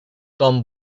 tom